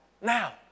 now